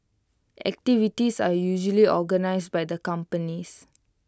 activities are usually organised by the companies